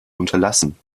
unterlassen